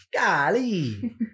golly